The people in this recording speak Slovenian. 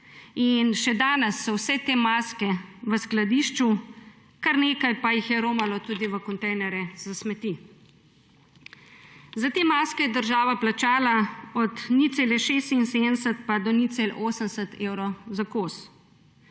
Še danes so vse te maske v skladišču, kar nekaj pa jih je romalo tudi v kontejnerje za smeti. Za te maske je država plačala od 0,76 pa do 0,80 evra za kos.